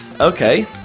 Okay